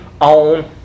on